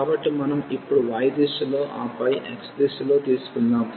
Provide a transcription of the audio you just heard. కాబట్టి మనం ఇప్పుడు y దిశలో ఆపై x దిశలో తీసుకుందాం